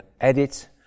edit